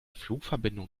flugverbindung